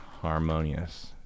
Harmonious